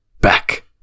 back